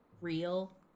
real